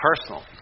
personal